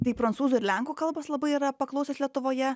tai prancūzų ir lenkų kalbos labai yra paklausios lietuvoje